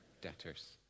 debtors